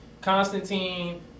Constantine